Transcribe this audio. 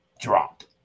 Dropped